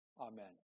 amen